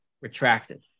retracted